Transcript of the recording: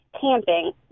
camping